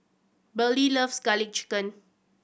Beryl loves Garlic Chicken